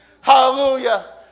Hallelujah